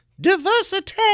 diversity